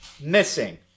missing